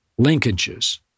linkages